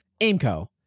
AIMCO